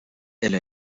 elle